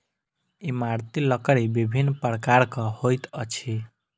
इमारती लकड़ी विभिन्न प्रकारक होइत अछि